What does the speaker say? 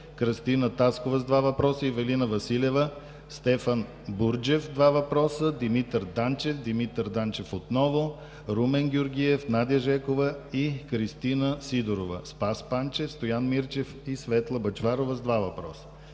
Кръстина Таскова – два въпроса; Ивелина Василева; Стефан Бурджев – два въпроса; Димитър Данчев; Димитър Данчев и Румен Георгиев; Надя Жекова и Кристина Сидорова; Спас Панчев; Стоян Мирчев и Светла Бъчварова – два въпроса.